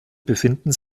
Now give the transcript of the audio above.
befinden